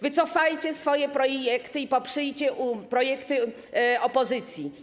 Wycofajcie swoje projekty i poprzyjcie projekty opozycji.